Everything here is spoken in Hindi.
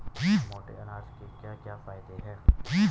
मोटे अनाज के क्या क्या फायदे हैं?